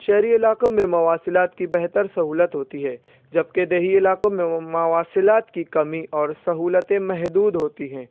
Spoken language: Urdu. شہری علاقوں میں مواصلات کی بہتر سہولت ہوتی ہے جبکہ دیہی علاقوں میں مواصلات کی کمی اور سہولتیں محدود ہوتی ہیں